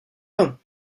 vingts